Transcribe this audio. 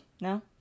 No